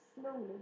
slowly